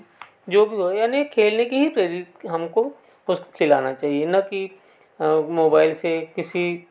जो भी हो यानी खेलने के लिए ही हमको खिलाना चाहिए ना कि मोबाइल से किसी